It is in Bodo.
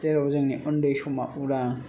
जेराव जोंनि उन्दै समाव उदां